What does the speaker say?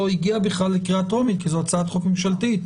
זו הצעת חוק ממשלתית,